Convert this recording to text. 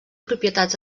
propietats